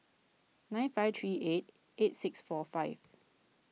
nine five three eight eight six four five